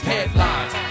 Headlines